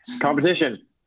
Competition